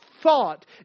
thought